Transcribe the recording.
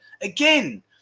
Again